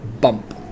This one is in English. bump